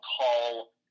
call